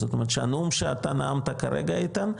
זאת אומרת שהנאום שאתה נאמת כרגע איתן,